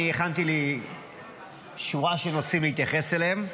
הכנתי לי שורה של נושאים להתייחס אליהם.